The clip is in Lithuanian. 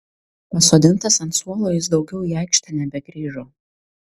pasodintas ant suolo jis daugiau į aikštę nebegrįžo